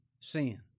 Sin